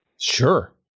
Sure